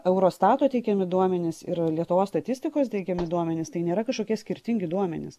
eurostato teikiami duomenys ir lietuvos statistikos teikiami duomenys tai nėra kažkokie skirtingi duomenys